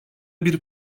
bir